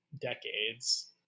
decades